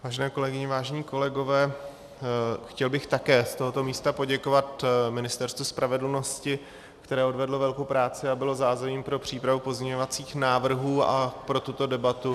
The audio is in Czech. Vážené kolegyně, vážení kolegové, chtěl bych také z tohoto místa poděkovat Ministerstvu spravedlnosti, které odvedlo velkou práci a bylo zázemím pro přípravu pozměňovacích návrhů a pro tuto debatu.